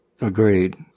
Agreed